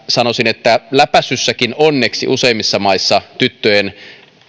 sanoisin että läpäisynkin osalta onneksi useimmissa maissa tyttöjen